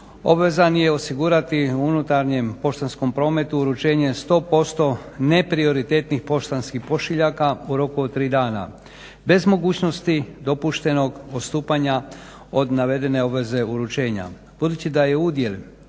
obvezan je osigurati unutarnjem poštanskom prometu uručenje 100% neprioritetnih poštanskih pošiljaka u roku od tri dana. Bez mogućnosti dopuštenog odstupanja od navedene obveze uručenja budući da je udjel